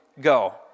go